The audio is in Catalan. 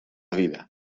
vida